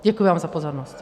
Děkuji vám za pozornost.